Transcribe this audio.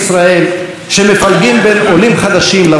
שמפלגים בין עולים חדשים לוותיקים,